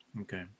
Okay